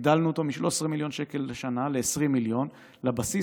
הגדלנו אותו מ-13 מיליון שקל בשנה ל-20 מיליון בבסיס,